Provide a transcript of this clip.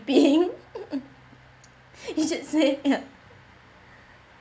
you should say ya